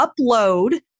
upload